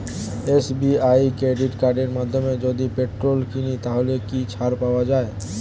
SBI credit কার্ডের মাধ্যমে যদি পেট্রোল কিনি তাহলে কি ছাড় পাওয়া যায়?